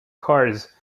cars